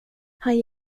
han